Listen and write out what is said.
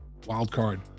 wildcard